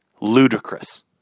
Ludicrous